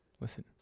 Listen